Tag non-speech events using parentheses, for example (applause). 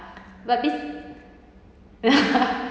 but this (laughs)